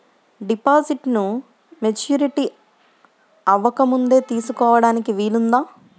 డిపాజిట్ను మెచ్యూరిటీ అవ్వకముందే తీసుకోటానికి వీలుందా?